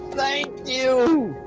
thank you!